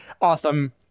awesome